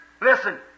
Listen